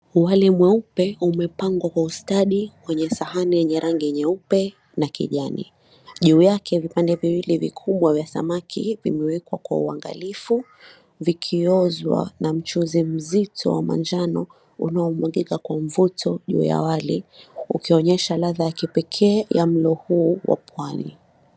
Ugali mweupe umepangwa kwa ustadi kwenye sahani ya rangi ya nyeupe m na kijani. Juu yake vipande viwili vikubwa vya samaki vimewekwa kwa uangalifu, vikiozwa na mchuzi mzito wa manjano unaomwagika kwa mvuto juu ya wali, ukionyesha ladha ya kipekee ya mlo huu wa pwani.